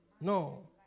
No